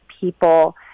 people